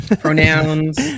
pronouns